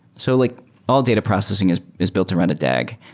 so like all data processing is is built around a dag.